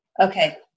Okay